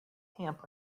camp